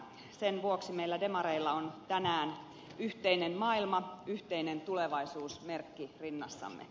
sen vuoksi meillä demareilla on tänään yhteinen maailma yhteinen tulevaisuus merkki rinnassamme